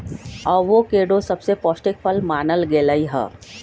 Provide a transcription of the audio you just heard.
avocado सबसे पौष्टिक फल मानल गेलई ह